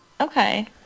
Okay